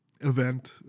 event